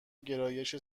گرایش